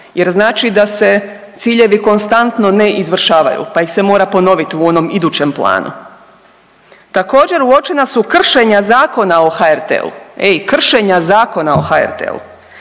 jer znači da se ciljevi konstantno ne izvršavaju pa ih se mora ponoviti u onom idućem planu. Također uočena su kršenja Zakona o HRT-u, ej kršenja Zakona o HRT-u.